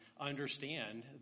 understand